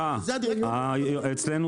זה הדירקטורים החיצוניים --- סליחה,